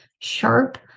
sharp